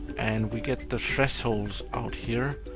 and we get the thresholds out here.